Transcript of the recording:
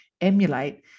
emulate